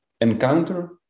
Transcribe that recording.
encounter